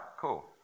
cool